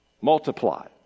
multiply